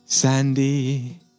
Sandy